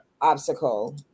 obstacle